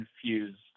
confused